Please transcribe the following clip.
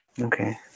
Okay